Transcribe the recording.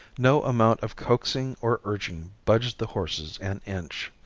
no amount of coaxing or urging budged the horses an inch.